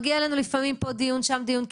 לפעמים, מגיע אלינו פה דיון ושם דיון.